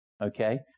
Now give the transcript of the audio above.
okay